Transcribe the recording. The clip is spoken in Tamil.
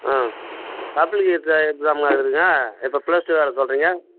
ஆ பப்ளிக் எக்ஸா எக்ஸாமாக இருக்குதுங்க இப்போ ப்ளஸ் டூ வேறு சொல்கிறீங்க